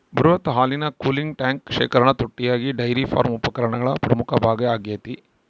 ಬೃಹತ್ ಹಾಲಿನ cooling tank ಶೇಖರಣಾ ತೊಟ್ಟಿಯಾಗಿ ಡೈರಿ ಫಾರ್ಮ್ ಉಪಕರಣಗಳ ಪ್ರಮುಖ ಭಾಗ ಆಗೈತೆ